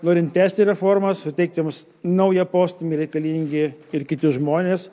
norint tęsti reformas suteikti joms naują postūmį reikalingi ir kiti žmonės